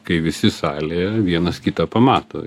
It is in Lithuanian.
kai visi salėje vienas kitą pamato